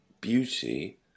beauty